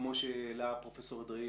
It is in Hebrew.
כמו שאמר פרופ' אדרעי,